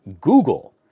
Google